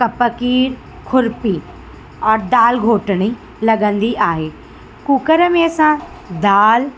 कपकी खुर्पी और दाल घोटड़ी लॻंदी आहे कुकर में असां दाल